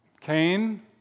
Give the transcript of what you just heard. Cain